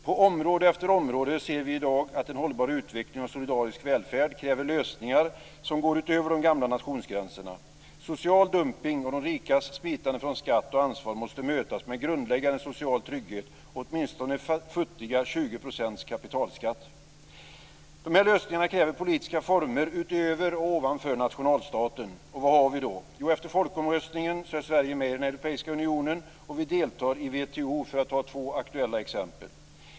På område efter område ser vi i dag att en hållbar utveckling och solidarisk välfärd kräver lösningar som går utöver de gamla nationsgränserna. Social dumpning och de rikas smitande från skatt och ansvar måste mötas med grundläggande social trygghet och åtminstone futtiga 20 % kapitalskatt. Dessa lösningar kräver politiska former utöver och ovanför nationalstaten. Vad har vi? Jo, efter folkomröstningen är Sverige med i den europeiska unionen, och vi deltar i WTO, för att ta två aktuella exempel.